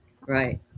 Right